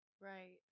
Right